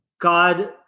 God